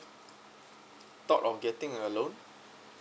thought of getting a loan